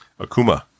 Akuma